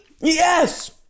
Yes